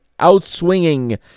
outswinging